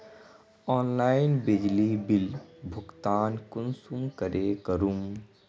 Online बिजली bill भुगतान कुंसम करे करूम?